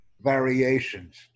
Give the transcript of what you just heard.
variations